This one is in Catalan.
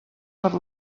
per